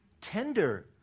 tender